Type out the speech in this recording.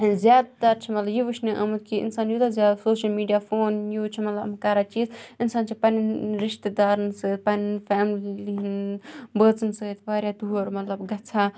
زیادٕتر چھُ مطلب یہِ وٕچھنہٕ آمُت کہِ اِنسان یوٗتاہ زیادٕ سوشَل میٖڈیا فون یوٗز چھُ مطلب یِم کَران چیٖز اِنسان چھِ پنٛنٮ۪ن رِشتہٕ دارَن سۭتۍ پنٛنٮ۪ن فیملی بٲژَن سۭتۍ واریاہ دوٗر مطلب گژھان